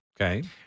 Okay